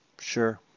Sure